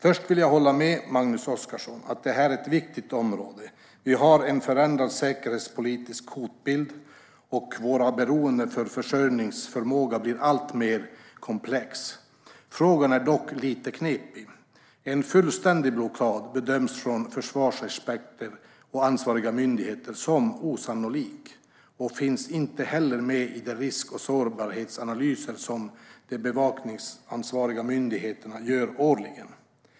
Först vill jag hålla med Magnus Oscarsson om att det här är ett viktigt område. Vi har en förändrad säkerhetspolitisk hotbild, och våra beroenden för försörjningsförmågan blir alltmer komplexa. Frågan är dock lite knepig. En fullständig blockad bedöms från försvarsexperter och ansvariga myndigheter som osannolik, och finns inte heller med i de risk och sårbarhetsanalyser som de bevakningsansvariga myndigheterna gör årligen.